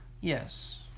Yes